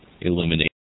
illuminate